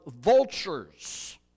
vultures